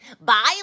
Bye